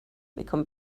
become